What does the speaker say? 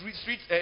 street